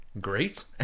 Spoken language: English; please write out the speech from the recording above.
great